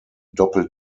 doppel